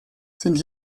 sind